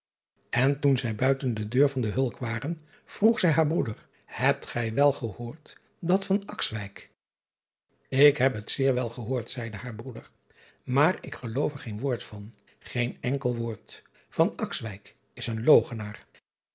en toen zij buiten de deur van de ulk waren vroeg zij haar broeder ebt gij wel gehoord dat van k heb het zeer wel gehoord zeide haar broeder maar ik geloof er geen woord van geen enkel woord is een